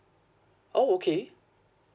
oh okay